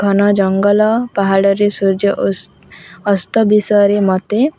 ଘନ ଜଙ୍ଗଲ ପାହାଡ଼ରେ ସୂର୍ଯ୍ୟ ଅସ୍ତ ବିଷୟରେ ମୋତେ